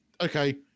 okay